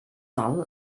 dull